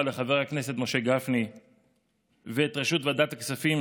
לחבר הכנסת משה גפני ואת ראשות ועדת הכספים